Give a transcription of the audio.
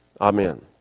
Amen